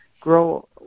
grow